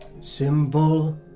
symbol